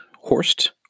Horst